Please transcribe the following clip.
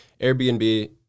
Airbnb